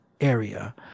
area